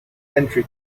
entry